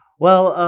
well,